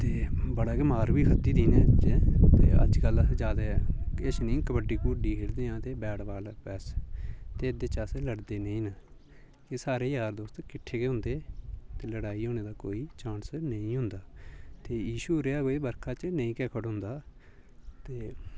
ते बड़ा गै मार बी खाद्धी दी इ'नें बच्चें ते अज्जकल अस ज्यादा किश नी कबड्डी कबुड्डी खेढदे आं ते बैट बाल बस ते एह्दे च अस लड़दे नेईं न एह् सारे यार दोस्त किट्ठे गै होंदे ते लड़ाई होने दा कोई चांस नेईं होंदा ते इशू रेहा कोई बरखा च नेईं गै खढोंदा ते